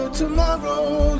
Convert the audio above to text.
Tomorrow